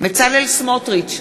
בצלאל סמוטריץ,